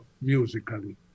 musically